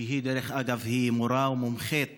שדרך אגב, היא מורה ומומחית